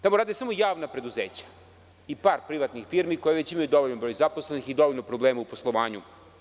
Tamo rade samo javna preduzeća i par privatnih firmi, koje već imaju dovoljan broj zaposlenih i dovoljno problema u poslovanju.